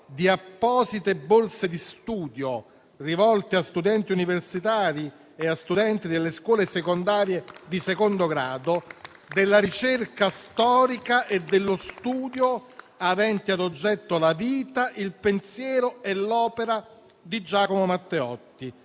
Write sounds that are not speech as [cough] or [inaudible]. di apposite borse di studio [applause] rivolte a studenti universitari e delle scuole secondarie di secondo grado, della ricerca storica e dello studio avente ad oggetto la vita, il pensiero e l'opera di Giacomo Matteotti,